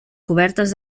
cobertes